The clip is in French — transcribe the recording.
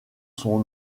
son